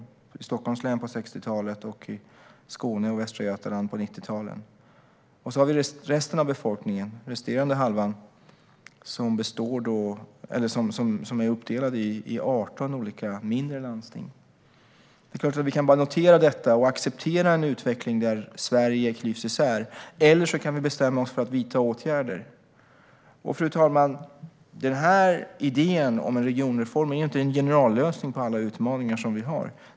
Det skedde i Stockholms län på 60-talet och i Skåne och Västra Götaland på 90-talet. Sedan har vi resten av befolkningen, den resterande halvan, som är uppdelad i 18 olika mindre landsting. Det är klart att vi bara kan notera detta och acceptera en utveckling där Sverige klyvs isär, eller så kan vi bestämma oss för att vidta åtgärder. Fru talman! Idén om en regionreform är inte en generallösning på alla utmaningar vi har.